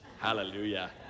Hallelujah